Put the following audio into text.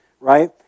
right